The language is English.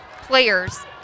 players